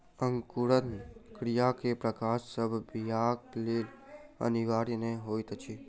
अंकुरण क्रिया मे प्रकाश सभ बीयाक लेल अनिवार्य नै होइत अछि